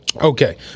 Okay